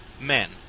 men